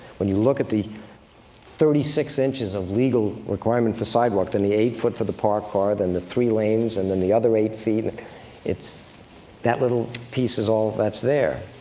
when you look at the thirty six inches of legal requirement for sidewalk, then the eight foot for the parked car, then the three lanes, and then the other eight feet it's that little piece is all that's there.